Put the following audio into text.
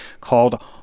called